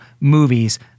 movies